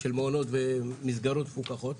של מעונות ומסגרות מפוקחות.